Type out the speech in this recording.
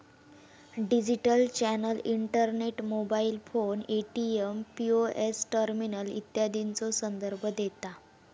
digital channel internet, mobile phone, ATM, POS terminal इत्यादीचो संदर्भ देता